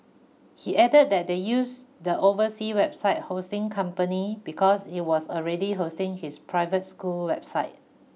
he added that they used the overseas website hosting company because it was already hosting his private school website